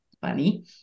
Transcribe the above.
funny